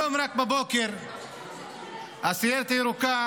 רק היום בבוקר הסיירת הירוקה